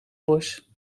bos